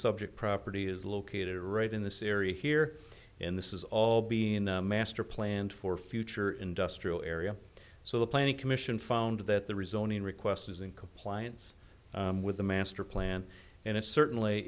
subject property is located right in this area here in this is all being the master planned for future industrial area so the planning commission found that the resulting request was in compliance with the master plan and it certainly